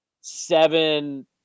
seven